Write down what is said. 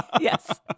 yes